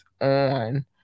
on